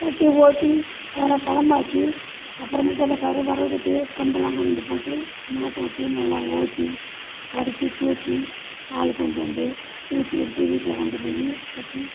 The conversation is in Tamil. கட்டி ஓட்டி அதெல்லாம் களமாக்கி அப்புறமேட்டு அந்த கரு விரவுகட்டு கம்பல்லாம் கொண்டுவந்து போட்டு மாட்டவிட்டு நல்லா ஓட்டி அடித்து தூற்றி ஆள் கொண்டு வந்து தூற்றி எடுத்து வீட்டில் கொண்டு போய் வச்சு